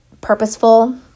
purposeful